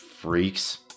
freaks